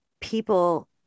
people